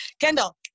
kendall